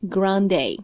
Grande